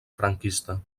franquista